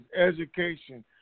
education